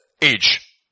age